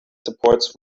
supports